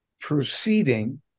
proceeding